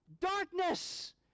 darkness